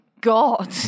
God